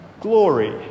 glory